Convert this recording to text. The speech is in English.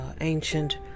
ancient